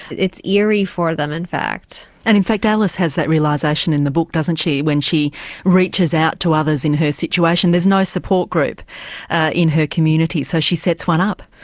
it's eerie for them in fact. and in fact alice has that realisation in the book, doesn't she, when she reaches out to others in her situation. there's no support group ah in her community so she sets one up.